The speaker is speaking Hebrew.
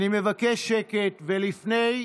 אני מבקש שקט, ולפני,